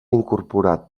incorporat